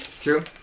True